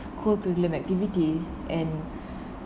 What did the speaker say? core curriculum activities and